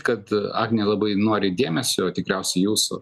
kad agnė labai nori dėmesio tikriausiai jūsų